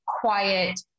quiet